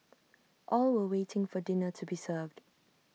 all were waiting for dinner to be served